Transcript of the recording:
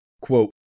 Quote